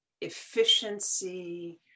efficiency